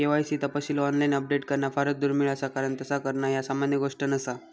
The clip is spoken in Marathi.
के.वाय.सी तपशील ऑनलाइन अपडेट करणा फारच दुर्मिळ असा कारण तस करणा ह्या सामान्य गोष्ट नसा